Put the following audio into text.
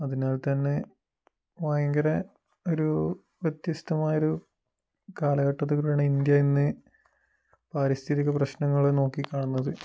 അതിനാൽ തന്നെ ഭയങ്കരം ഒരു വ്യത്യസ്തമായ ഒരു കാലഘട്ടത്തിൽ കൂടെയാണ് ഇന്ത്യ ഇന്ന് പാരിസ്ഥിതിക പ്രശ്നങ്ങൾ നോക്കി കാണുന്നത്